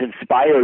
inspired